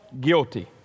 guilty